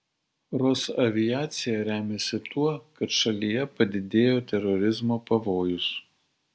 rosaviacija remiasi tuo kad šalyje padidėjo terorizmo pavojus